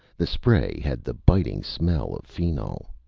the spray had the biting smell of phenol.